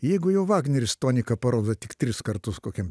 jeigu jau vagneris toniką parodo tik tris kartus kokiam